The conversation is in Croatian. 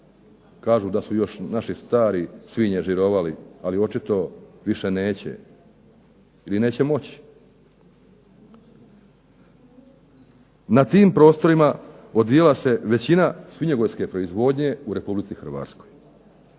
Kažu da su još naši stari svinje žirovali ali očito više neće, ili neće moći. Na tim prostorima odvijala se većina svinjogojske proizvodnje u Republici Hrvatskoj.